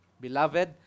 Beloved